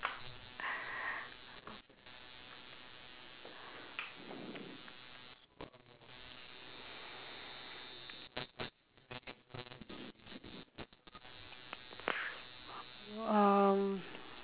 um